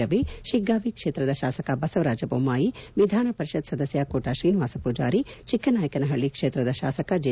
ರವಿ ಶಿಗ್ಗಾಂವಿ ಕ್ಷೇತ್ರದ ಶಾಸಕ ಬಸವರಾಜ ಬೊಮ್ಮಾಯಿ ವಿಧಾನ ಪರಿಷತ್ ಸದಸ್ಯ ಕೋಟಾ ಶ್ರೀನಿವಾಸ ಪೂಜಾರಿ ಚಿಕ್ಕನಾಯಕನಹಳ್ಳ ಕ್ಷೇತ್ರದ ಶಾಸಕ ಜೆ